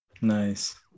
Nice